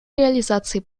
реализации